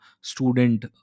student